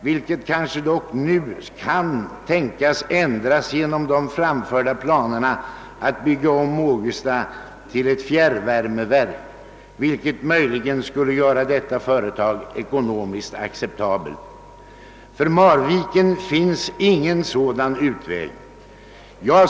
Detta beslut kanske dock nu kan bli ändrat genom de framförda planerna att bygga om Ågestaanläggningen till ett fjärrvärmeverk, vilket möjligen skulle göra detta företag ekonomiskt acceptabelt. För Marvikenanläggningens del finns ingen sådan utväg.